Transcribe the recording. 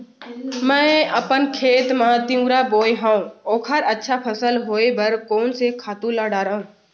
मैं अपन खेत मा तिंवरा बोये हव ओखर अच्छा फसल होये बर कोन से खातू ला डारव?